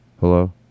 hello